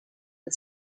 and